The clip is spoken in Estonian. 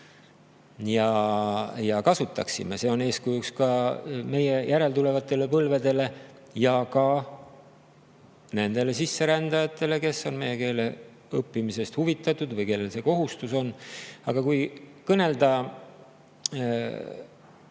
ja kasutaksime. See on eeskujuks meie järeltulevatele põlvedele ja ka nendele sisserändajatele, kes on meie keele õppimisest huvitatud või kellel on see kohustus. Kui kõnelda